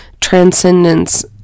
transcendence